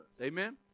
Amen